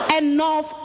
enough